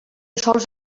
sols